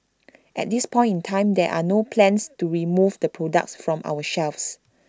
at this point in time there are no plans to remove the products from our shelves